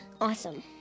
awesome